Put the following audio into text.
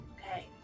Okay